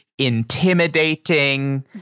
Intimidating